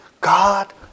God